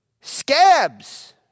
Scabs